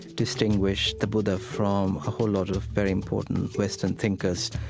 distinguished the buddha from a whole lot of very important western thinkers,